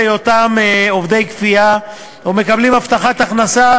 היותם עובדי כפייה ומקבלים הבטחת הכנסה,